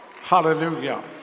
Hallelujah